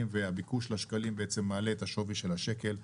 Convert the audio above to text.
והביקוש לשקלים מעלה את השווי של השקל.